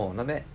oh not bad